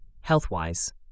Health-wise